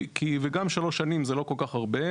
כי גם שלוש שנים זה לא כל כך הרבה,